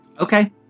Okay